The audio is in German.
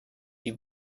die